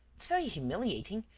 it's very humiliating.